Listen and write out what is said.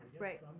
Right